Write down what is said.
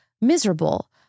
miserable